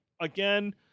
again